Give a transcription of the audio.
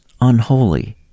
unholy